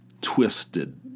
twisted